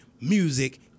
music